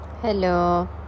Hello